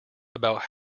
about